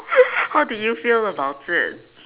how did you feel about it